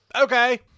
Okay